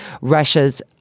Russia's